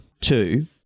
Two